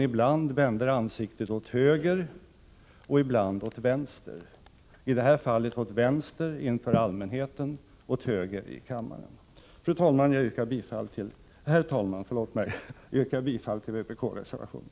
Ibland vänder man ansiktet åt höger, ibland åt vänster. I det här fallet vänder man ansiktet åt vänster inför allmänheten och åt höger här i kammaren. Herr talman! Jag yrkar bifall till vpk-reservationen.